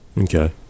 Okay